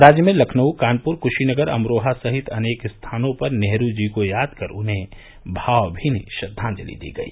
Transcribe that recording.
राज्य में लखनऊ कानपुर कूशीनगर अमरोहा सहित अनेकों स्थानों पर नेहरू जी को याद कर उन्हें भावभीनी श्रद्वाजंलि दी गई